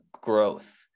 growth